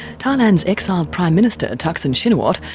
thailand's exiled prime minister, thaksin shinawatra,